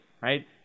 right